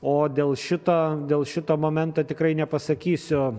o dėl šito dėl šito momento tikrai nepasakysiu